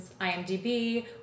imdb